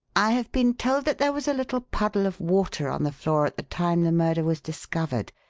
i have been told that there was a little puddle of water on the floor at the time the murder was discovered,